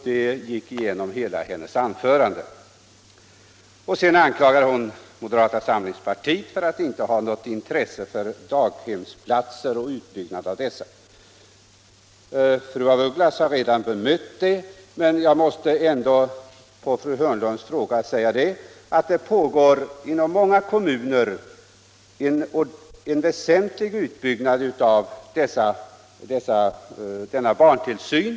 Detta gick igenom hela hennes anförande. Hon anklagade vidare moderata samlingspartiet för att inte ha något intresse av daghemsplatser och en utbyggnad av dessa. Fru af Ugglas har redan bemött fru Hörnlunds fråga, men jag måste ändå med anledning av den säga att det inom många kommuner pågår en väsentlig utbyggnad av denna barntillsyn.